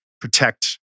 protect